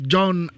John